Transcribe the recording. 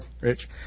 Rich